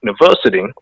University